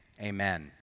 amen